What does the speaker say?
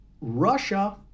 russia